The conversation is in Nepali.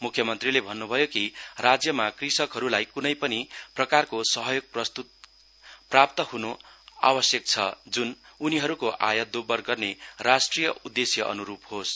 मुख्यमन्त्रीले भन्नभयो कि राज्यमा कृषकहरूलाई कुनै पनि प्रकारको सहयोग प्राप्तहुन आवश्यक छ जुन उनीहरूको आय दोब्बर गर्ने राष्ट्रिय उद्देश्य अनुरूप होस्